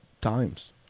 times